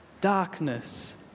darkness